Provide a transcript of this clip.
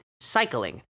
cycling